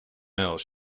else